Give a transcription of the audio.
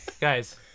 Guys